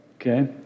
Okay